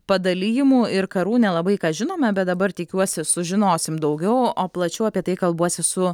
padalijimų ir karų nelabai ką žinome bet dabar tikiuosi sužinosim daugiau o plačiau apie tai kalbuosi su